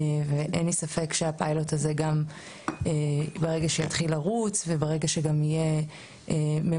אין לי גם ספק שברגע שהפיילוט הזה יתחיל לרוץ וברגע שיהיו לו